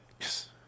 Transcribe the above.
Yes